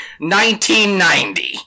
1990